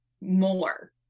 more